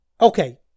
Okay